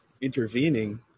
intervening